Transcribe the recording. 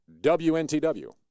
WNTW